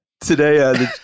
Today